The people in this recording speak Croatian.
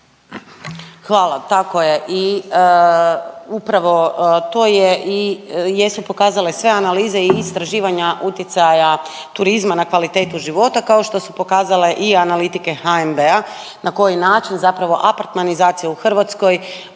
Hvala. Tako je i upravo to je i jesu pokazale sve analize i istraživanja utjecaja turizma na kvalitetu života, kao što su pokazale i analitike HNB-a na koji način zapravo apartmanizacija u Hrvatskoj